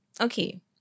okay